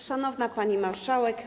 Szanowna Pani Marszałek!